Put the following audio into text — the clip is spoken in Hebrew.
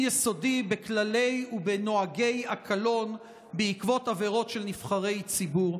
יסודי בכללי ובנוהגי הקלון בעקבות עבירות של נבחרי ציבור.